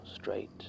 straight